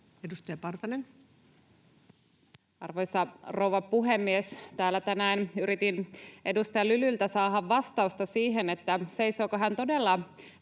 22:44 Content: Arvoisa rouva puhemies! Täällä tänään yritin edustaja Lylyltä saada vastausta siihen, seisooko hän todella